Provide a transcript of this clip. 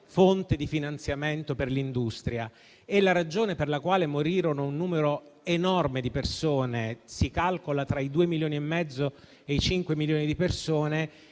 fonte di finanziamento per l'industria. La ragione per la quale morirono un numero enorme di persone - si calcola tra i 2,5 e i 5 milioni di persone